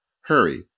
hurry